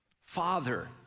Father